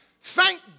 thank